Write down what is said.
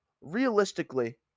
realistically